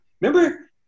Remember